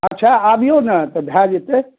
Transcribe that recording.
अच्छा आबिऔ ने तऽ भए जेतै